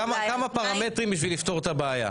כמה פרמטרים בשביל לפתור את הבעיה,